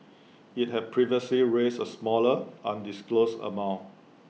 IT had previously raised A smaller undisclosed amount